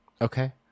Okay